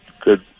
Good